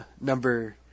number